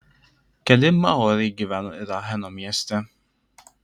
keli maoriai gyveno ir acheno mieste